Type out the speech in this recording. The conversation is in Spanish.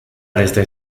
desde